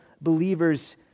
believers